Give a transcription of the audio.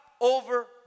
over